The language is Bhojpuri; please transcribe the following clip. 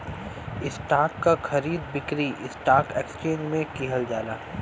स्टॉक क खरीद बिक्री स्टॉक एक्सचेंज में किहल जाला